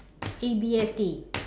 A_B_S_D